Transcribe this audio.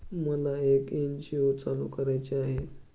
मला एक एन.जी.ओ चालू करायची आहे